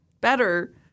better